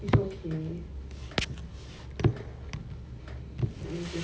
oh no it's okay